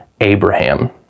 Abraham